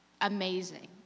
amazing